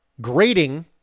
grading